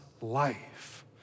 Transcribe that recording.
life